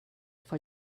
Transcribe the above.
for